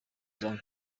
jean